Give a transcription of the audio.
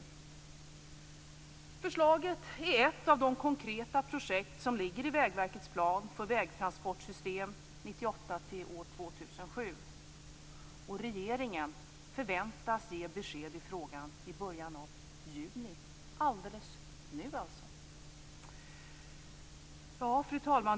Förslaget är ett av de konkreta projekt som ligger i Vägverkets plan för vägtransportsystem 1998-2007. Regeringen förväntas ge besked i frågan i början av juni, alldeles nu alltså. Fru talman!